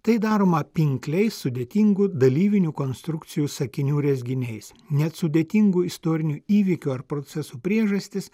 tai daroma pinkliais sudėtingų dalyvinių konstrukcijų sakinių rezginiais net sudėtingų istorinių įvykių ar procesų priežastys